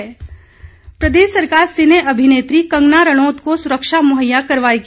कंगना रणौत प्रदेश सरकार सिने अभिनेत्री कंगना रणौत को सुरक्षा मुहैया करवाएगी